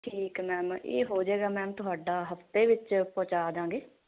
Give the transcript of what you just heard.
ਠੀਕ ਮੈਮ ਇਹ ਹੋ ਜਾਏਗਾ ਮੈਮ ਤੁਹਾਡਾ ਹਫਤੇ ਵਿੱਚ ਪਹੁੰਚਾ ਦਾਂਗੇ